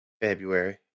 February